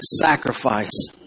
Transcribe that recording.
sacrifice